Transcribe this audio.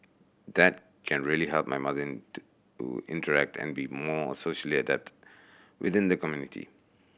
that can really help my mother to to interact and be more socially adept within the community